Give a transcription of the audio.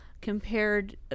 compared